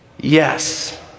Yes